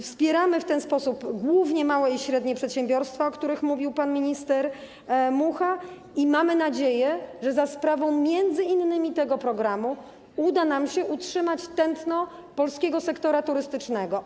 Wspieramy w ten sposób głównie małe i średnie przedsiębiorstwa, o których mówił pan minister Mucha, i mamy nadzieję, że za sprawą m.in. tego programu uda nam się utrzymać tętno polskiego sektora turystycznego.